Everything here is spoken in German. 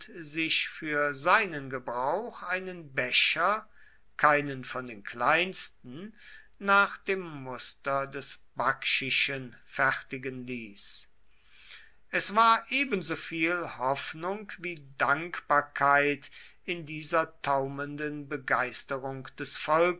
sich für seinen gebrauch einen becher keinen von den kleinsten nach dem muster des bakchischen fertigen ließ es war ebensoviel hoffnung wie dankbarkeit in dieser taumelnden begeisterung des